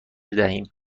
دهیم